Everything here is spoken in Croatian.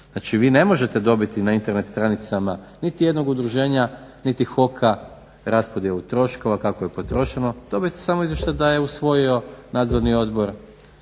novac. Vi ne možete dobiti na internim stranicama niti jednog udruženja niti HOK-a, raspodjelu troškova kako je potrošeno, dobijete samo izvještaj da je usvojio nadzorni odbor,